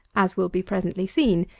as will be presently seen,